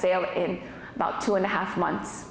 sail in about two and a half months